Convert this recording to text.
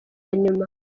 nyuma